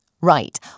Right